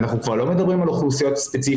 אנחנו כבר לא מדברים על אוכלוסיות ספציפיות,